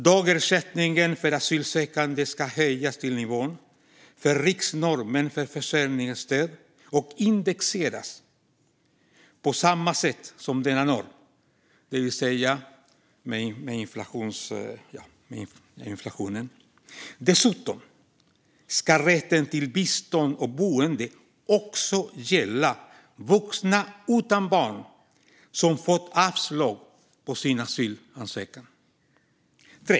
Dagersättningen för asylsökande ska höjas till nivån för riksnormen för försörjningsstöd och indexeras på samma sätt som denna norm, det vill säga med inflationen. Dessutom ska rätten till bistånd och boende också gälla vuxna utan barn som fått avslag på sin asylansökan.